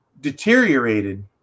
deteriorated